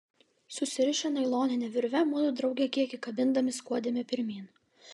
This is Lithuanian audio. susirišę nailonine virve mudu drauge kiek įkabindami skuodėme pirmyn